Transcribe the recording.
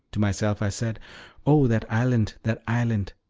to myself i said oh, that island, that island!